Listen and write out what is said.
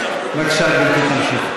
בבקשה, גברתי, תמשיכי.